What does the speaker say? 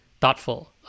thoughtful